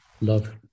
love